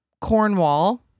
Cornwall